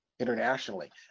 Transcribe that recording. internationally